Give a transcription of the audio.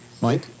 Mike